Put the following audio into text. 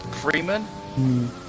Freeman